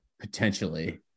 potentially